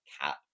cat